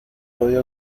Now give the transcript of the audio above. podido